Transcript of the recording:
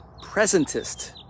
presentist